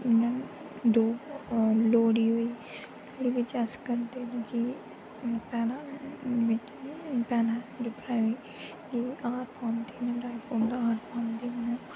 इ'यां लोह्ड़ी होई लोह्ड़ी च अस करदे न कि भैनां भैना भ्राएं गी हार पांदियां न उ'नें गी हार पांदियां न